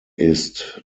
ist